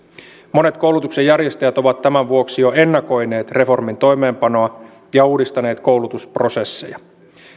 monet koulutuksenjärjestäjät ovat tämän vuoksi jo ennakoineet reformin toimeenpanoa ja uudistaneet koulutusprosesseja